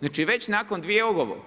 Znači, već nakon …